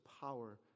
power